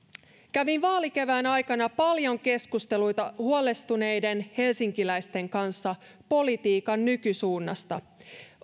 kävin vaalikevään aikana paljon keskusteluita huolestuneiden helsinkiläisten kanssa politiikan nykysuunnasta